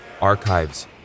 archives